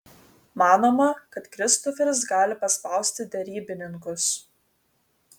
manoma kad kristoferis gali paspausti derybininkus